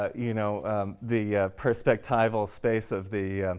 ah you know the perspectival space of the